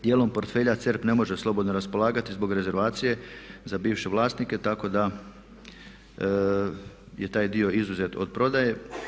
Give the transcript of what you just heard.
Dijelom portfelja CERP ne može slobodno raspolagati zbog rezervacije za bivše vlasnike, tako da je taj dio izuzet od prodaje.